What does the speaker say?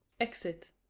exit